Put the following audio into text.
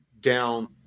down